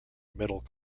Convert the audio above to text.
middle